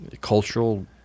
cultural